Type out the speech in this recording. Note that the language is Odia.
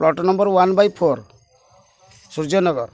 plot number one by four Suryanagar